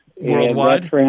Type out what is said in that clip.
worldwide